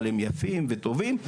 אבל הם יפים וטובים.